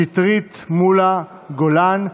קטי קטרין שטרית, פטין מולא ומאי גולן,